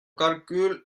calcul